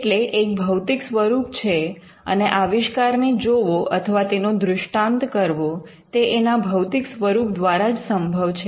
એટલે એક ભૌતિક સ્વરૂપ છે અને આવિષ્કારને જોવો અથવા તેનો દૃષ્ટાંત કરવો તે એના ભૌતિક સ્વરૂપ દ્વારા જ સંભવ છે